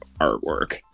artwork